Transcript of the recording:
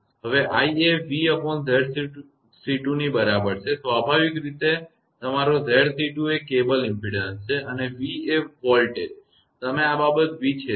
હવે i એ 𝑣𝑍𝑐2ની બરાબર છે સ્વાભાવિક રીતે કે તમારો 𝑍𝑐2 એ કેબલ ઇમપેડન્સ છે અને v એ વોલ્ટેજ તમે આ બાબત v છેદમાં